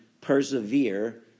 persevere